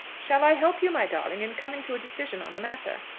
shall i help you, my darling, in coming to a decision on the matter?